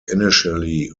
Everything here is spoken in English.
initially